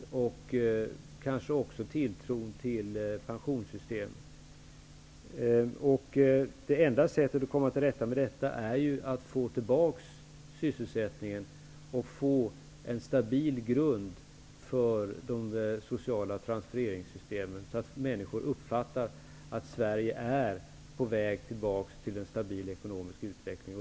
Det gäller kanske också tilltron till pensionssystemet. Det enda sättet att komma till rätta med detta är att få tillbaka sysselsättningen och få en stabil grund för de sociala transfereringssystemen så att människor uppfattar att Sverige är på väg tillbaks till en stabil ekonomisk utveckling.